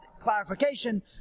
clarification